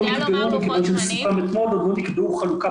מכיוון שזה סוכם אתמול עוד לא נקבעה חלוקה